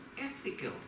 ethical